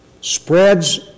spreads